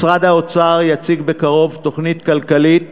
משרד האוצר יציג בקרוב תוכנית כלכלית